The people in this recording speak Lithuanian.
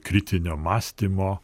kritinio mąstymo